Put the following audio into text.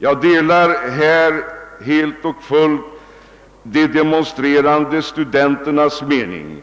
Jag delar härvidlag helt och fullt de demon strerande studenternas mening,